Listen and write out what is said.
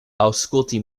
aŭskulti